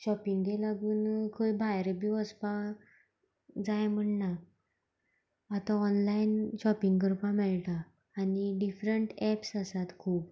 शॉपींगगे लागून खंय भायर बी वसपा जाय म्हण ना आतां ऑनलायन शॉपींग करपा मेळटा आनी डिफरंट एप्स आसात खूब